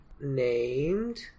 named